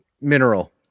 Mineral